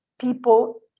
people